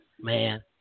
Man